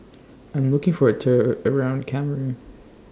I'm looking For A Tour around Cameroon